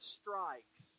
strikes